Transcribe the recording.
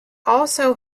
also